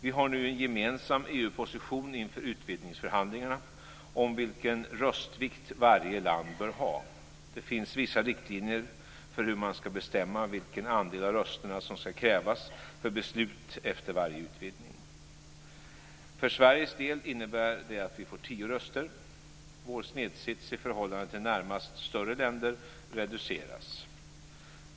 Vi har nu en gemensam EU-position inför utvidgningsförhandlingarna om vilken röstvikt varje land bör ha. Det finns vissa riktlinjer för hur man ska bestämma vilken andel av rösterna som ska krävas för beslut efter varje utvidgning. För Sveriges del innebär det att vi får tio röster. Vår snedsits i förhållande till närmast större länder reduceras.